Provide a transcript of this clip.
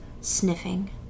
sniffing